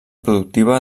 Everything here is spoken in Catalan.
productiva